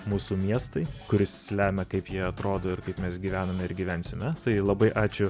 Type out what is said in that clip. mūsų miestai kuris lemia kaip jie atrodo ir kaip mes gyvename ir gyvensime tai labai ačiū